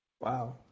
Wow